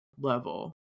level